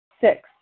Six